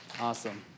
Awesome